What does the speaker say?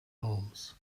homes